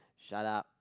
shut up